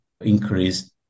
increased